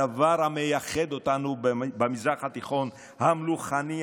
הדבר המייחד אותנו במזרח התיכון המלוכני,